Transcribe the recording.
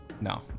No